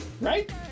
right